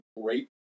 great